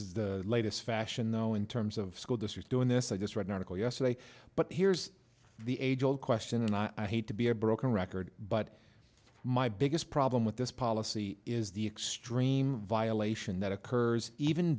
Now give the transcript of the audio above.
is the latest fashion though in terms of school district doing this i just read an article yesterday but here's the age old question and i hate to be a broken record but my biggest problem with this policy is the extreme violation that occurs even